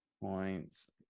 points